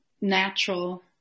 natural